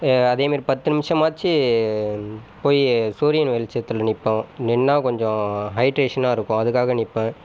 அதே மாதிரி பத்து நிமிஷமாச்சு போயி சூரியன் வெளிச்சத்தில் நிற்பேன் நின்னா கொஞ்சம் ஹைட்ரேஷனா இருக்கும் அதுக்காக நிற்பேன்